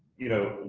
you know,